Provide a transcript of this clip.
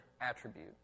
attribute